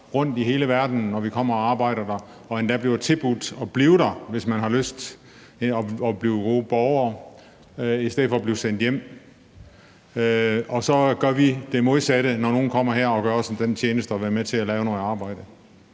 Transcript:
rundtom i hele verden, når vi kommer og arbejder der, og endda bliver tilbudt at blive der, hvis vi har lyst til at blive borgere der, i stedet for at blive sendt hjem, og at vi så gør det modsatte, når nogen kommer her og gør os den tjeneste at være med til at udføre et stykke arbejde?